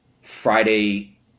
Friday